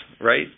right